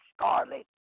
scarlet